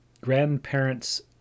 grandparents